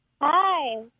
Hi